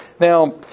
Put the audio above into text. Now